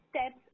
steps